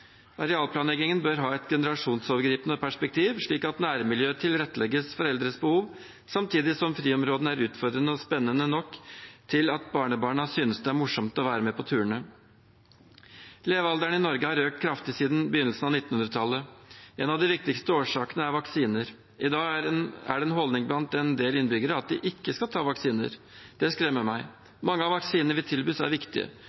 Arealplanleggingen bør ha et generasjonsovergripende perspektiv, slik at nærmiljøet tilrettelegges for eldres behov, samtidig som friområdene er utfordrende og spennende nok til at barnebarna synes det er morsomt å være med på turene. Levealderen i Norge har økt kraftig siden begynnelsen av 1900-tallet. En av de viktigste årsakene er vaksiner. I dag er det en holdning blant en del innbyggere at de ikke skal ta vaksiner. Det skremmer meg. Mange av vaksinene vi tilbys, er viktige